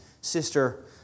sister